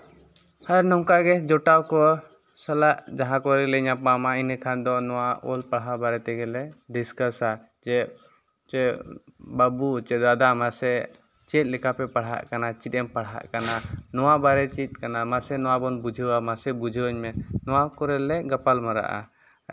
ᱟᱨ ᱱᱚᱝᱠᱟ ᱜᱮ ᱡᱚᱴᱟᱣ ᱠᱚ ᱥᱟᱞᱟᱜ ᱡᱟᱦᱟᱸ ᱠᱚᱨᱮ ᱞᱮ ᱧᱟᱯᱟᱢᱟ ᱤᱱᱟᱹᱠᱷᱟᱱ ᱫᱚ ᱱᱚᱣᱟ ᱚᱞ ᱯᱟᱲᱦᱟᱣ ᱵᱟᱨᱮ ᱛᱮᱜᱮᱞᱮ ᱰᱤᱥᱠᱟᱥᱟ ᱡᱮ ᱪᱮ ᱵᱟᱹᱵᱩ ᱥᱮ ᱫᱟᱫᱟ ᱢᱟᱥᱮ ᱪᱮᱫ ᱞᱮᱠᱟ ᱯᱮ ᱯᱟᱲᱦᱟᱜ ᱠᱟᱱᱟ ᱪᱮᱫ ᱮᱢ ᱯᱟᱲᱦᱟᱜ ᱠᱟᱱᱟ ᱱᱚᱣᱟ ᱵᱟᱲᱮ ᱪᱮᱫ ᱠᱟᱱᱟ ᱢᱟᱥᱮ ᱱᱚᱣᱟ ᱵᱚᱱ ᱵᱩᱡᱷᱟᱹᱣᱟ ᱢᱟᱥᱮ ᱵᱩᱡᱷᱟᱹᱣ ᱤᱧ ᱢᱮ ᱱᱚᱣᱟ ᱠᱚᱨᱮᱫ ᱞᱮ ᱜᱟᱯᱟᱞ ᱢᱟᱨᱟᱜᱼᱟ